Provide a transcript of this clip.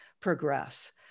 progress